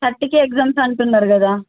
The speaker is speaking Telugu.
థర్టీకి ఎగ్జామ్స్ అంటున్నారు కదా